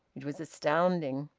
it was astounding.